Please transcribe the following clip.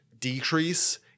decrease